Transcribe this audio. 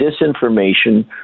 disinformation